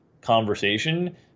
conversation